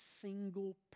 single